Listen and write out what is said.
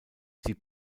sie